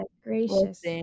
gracious